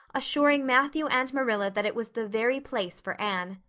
assuring matthew and marilla that it was the very place for anne.